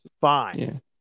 Fine